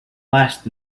last